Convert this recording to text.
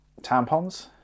Tampons